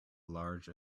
large